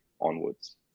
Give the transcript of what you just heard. onwards